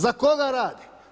Za koga rade?